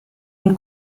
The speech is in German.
und